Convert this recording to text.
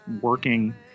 working